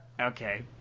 Okay